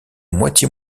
moitié